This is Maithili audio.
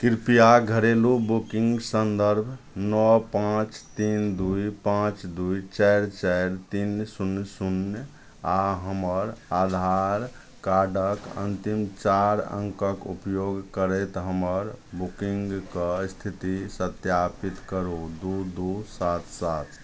कृपया घरेलू बुकिंग सन्दर्भ नओ पाँच तीन दूइ पाँच दूइ चारि चारि तीन शून्य शून्य आओर हमर आधार कार्डक अन्तिम चारि अङ्कक उपयोग करैत हमर बुकिंगके स्थिति सत्यापित करू दू दू सात सात